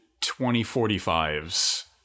2045's